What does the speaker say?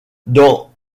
dans